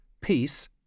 peace